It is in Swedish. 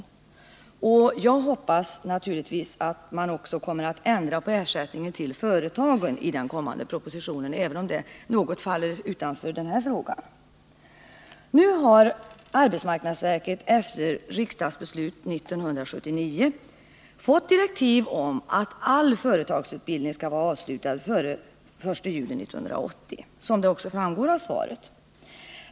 Jag vill också säga att jag naturligtvis hoppas att man kommer att ändra ersättningen till företagen i den kommande propositionen, även om det något faller utanför denna fråga. Nu har arbetsmarknadsverket efter riksdagsbeslut 1979 fått direktiv om att all företagsutbildning skall vara avslutad före den 1 juli 1980, vilket också framgår av svaret.